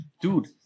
dude